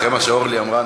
אחרי מה שאורלי אמרה,